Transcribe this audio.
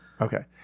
Okay